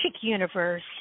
Universe